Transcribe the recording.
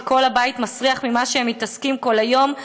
כשכל הבית מסריח ממה שהם מתעסקים כל היום,